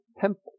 temple